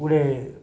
ଗୁଟେ